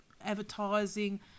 advertising